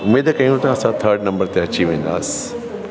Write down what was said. उम्मीद कयूं था असां थर्ड नम्बर ते अची वेंदासीं